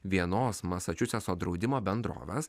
vienos masačusetso draudimo bendrovės